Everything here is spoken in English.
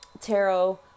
tarot